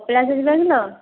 କପିଳାସ ଯିବା କି ଲୋ